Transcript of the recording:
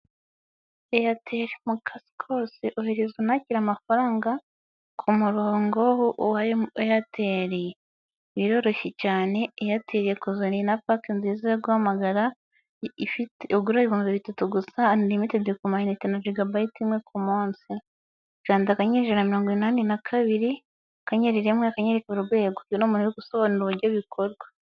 Eyateri mu kazi kose ohereza unakire amafaranga ku murongo uwa Eyateri biroroshye cyane, Eyateri yakuzaniye na pake nziza yo guhamagara ugura ibihumbi bitatu gusa anirimitedi ku mayinite na jigabayiti imwe ku munsi kanda akanyenyeri ijana na mirongo inani na kabiri akanyeri rimwe akanyenyeri urwego uwo ni umuntu uri gusobanura uburyo bikorwa.